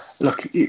look